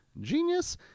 genius